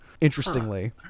interestingly